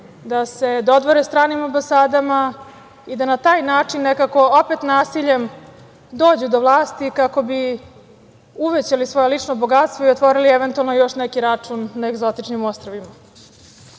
da se dodvore stranim ambasadama i da na taj način nekako opet nasiljem dođu do vlasti kako bi uvećali svoje lično bogatstvo i otvorili, eventualno, još neki račun na egzotičnim ostrvima. Činjenica